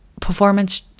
performance